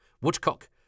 Woodcock